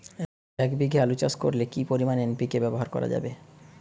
এক বিঘে আলু চাষ করলে কি পরিমাণ এন.পি.কে ব্যবহার করা যাবে?